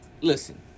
listen